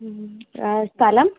സ്ഥലം